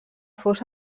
fos